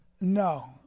No